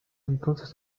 entonces